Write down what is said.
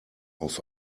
auf